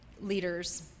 leaders